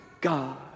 God